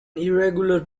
irregular